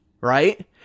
right